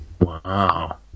Wow